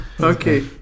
Okay